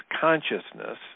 consciousness